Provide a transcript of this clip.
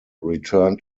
returned